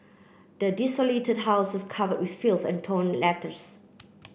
the desolated house was covered in filth and torn letters